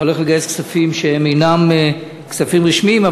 אתה הולך לגייס כספים שהם אינם כספים רשמיים.